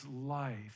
life